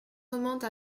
remonte